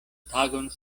tagon